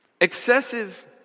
excessive